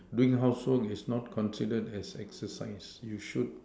doing housework is not considered as exercise you should